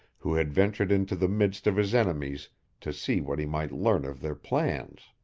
who had ventured into the midst of his enemies to see what he might learn of their plans.